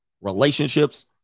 relationships